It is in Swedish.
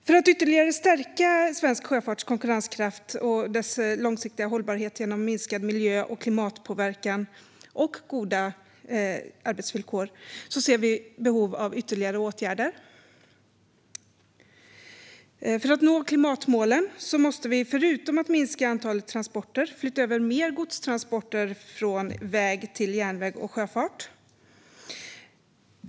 För att ytterligare stärka svensk sjöfarts konkurrenskraft, långsiktiga hållbarhet genom minskad miljö och klimatpåverkan och goda arbetsvillkor ser vi behov av ytterligare åtgärder. För att nå klimatmålen måste vi, förutom att minska antalet transporter, flytta över mer godstransporter från väg till järnväg och sjöfart.